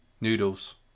noodles